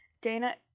Dana